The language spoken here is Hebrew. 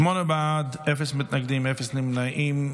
שמונה בעד, אפס מתנגדים, אפס נמנעים.